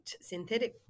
synthetic